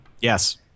Yes